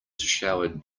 showered